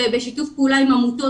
בשיתוף פעולה עם עמותות,